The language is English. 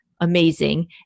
amazing